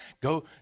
Go